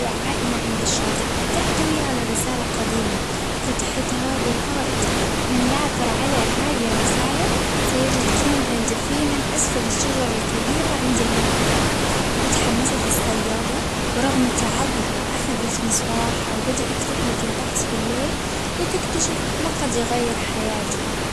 عائمة عند الشاطئ، تحتوي على رسالة قديمة، فتحتها وقرأت من يعثر على هذه الرسالة سيجد كنزا دفينا أسفل الشجرة الكبيرة عند المنحدر، وتحمست الصيادة ورغم تعبها أخدت مصباح وبدأت رحلة البحث في الليل، لتكتشف ما قد يغير حياتها.